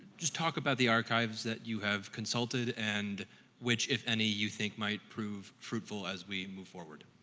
just talk about the archives that you have consulted and which, if any, you think might prove fruitful as we move forward.